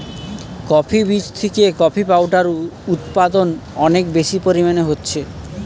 coffee বীজ থিকে coffee powder উদপাদন অনেক বেশি পরিমাণে হচ্ছে